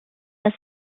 das